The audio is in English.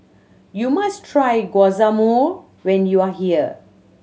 you must try Guacamole when you are here